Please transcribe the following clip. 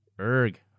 Erg